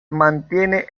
mantiene